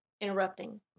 interrupting